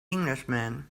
englishman